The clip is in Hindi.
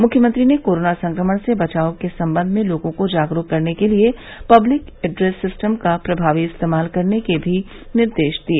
मुख्यमंत्री ने कोरोना संक्रमण से बचाव के संबंध में लोगों को जागरूक करने के लिए पब्लिक एड्रेस सिस्टम का प्रभावी इस्तेमाल करने के भी निर्देश दिए